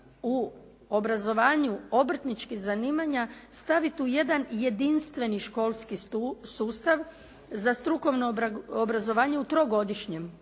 u obrazovanju obrtničkih zanimanja staviti u jedan jedinstveni školski sustav za strukovno obrazovanje u trogodišnjem,